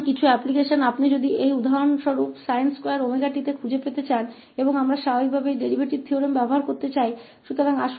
तो कुछ अनुप्रयोगों है तो आप उदाहरण के लिए इस sin2𝜔t खोजना चाहते हैं और हम स्वाभाविक रूप से इस डेरीवेटिव प्रमेय का उपयोग करना चाहते होंगे